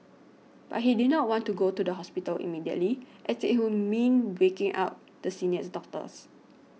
but he did not want to go to the hospital immediately as it would mean waking up the seniors doctors